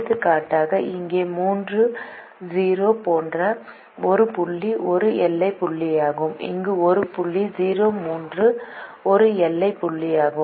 எடுத்துக்காட்டாக இங்கே 3 0 போன்ற ஒரு புள்ளி ஒரு எல்லை புள்ளியாகும் இங்கே ஒரு புள்ளி 0 3 ஒரு எல்லை புள்ளியாகும்